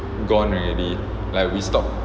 gone already like we stopped